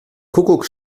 kuckuck